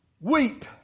Weep